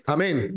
Amen